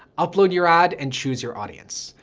upload your ad and choose your audience.